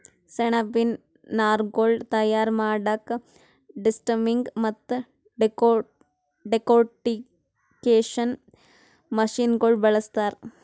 ಸೆಣಬಿನ್ ನಾರ್ಗೊಳ್ ತಯಾರ್ ಮಾಡಕ್ಕಾ ಡೆಸ್ಟಮ್ಮಿಂಗ್ ಮತ್ತ್ ಡೆಕೊರ್ಟಿಕೇಷನ್ ಮಷಿನಗೋಳ್ ಬಳಸ್ತಾರ್